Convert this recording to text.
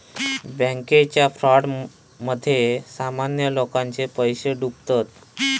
बॅन्केच्या फ्रॉडमध्ये सामान्य लोकांचे पैशे डुबतत